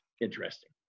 interesting